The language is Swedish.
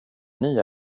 nya